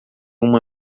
uma